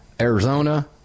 Arizona